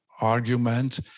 argument